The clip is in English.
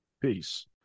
Peace